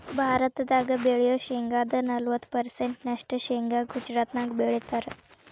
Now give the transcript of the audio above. ಭಾರತದಾಗ ಬೆಳಿಯೋ ಶೇಂಗಾದ ನಲವತ್ತ ಪರ್ಸೆಂಟ್ ನಷ್ಟ ಶೇಂಗಾ ಗುಜರಾತ್ನ್ಯಾಗ ಬೆಳೇತಾರ